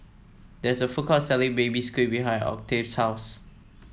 there is a food court selling Baby Squid behind Octave's house